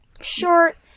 short